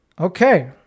Okay